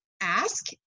ask